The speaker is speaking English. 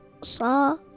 saw